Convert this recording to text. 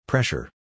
Pressure